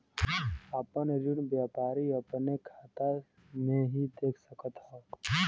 आपन ऋण व्यापारी अपने खाते मे देख सकत हौ